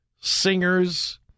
singers